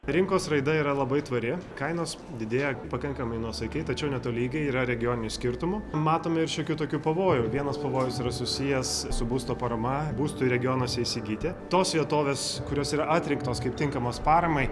rinkos raida yra labai tvari kainos didėja pakankamai nuosaikiai tačiau netolygiai yra regioninių skirtumų matome ir šiokių tokių pavojų vienas pavojus yra susijęs su būsto parama būstui regionuose įsigyti tos vietovės kurios yra atrinktos kaip tinkamos paramai